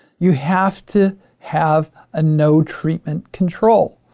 you have to have a no treatment control.